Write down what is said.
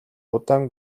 удаан